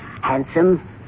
handsome